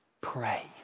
pray